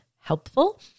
helpful